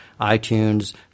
iTunes